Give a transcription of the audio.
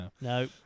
No